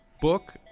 book